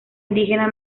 indígena